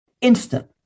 instant